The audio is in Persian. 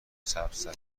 سبزتر